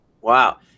Wow